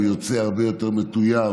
הוא יוצא הרבה יותר מטויב,